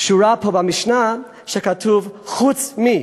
שורה פה במשנה שכתוב: חוץ מ-.